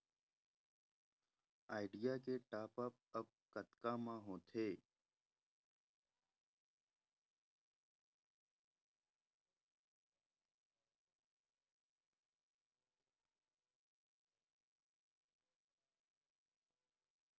Idea के top आप कतका म होथे?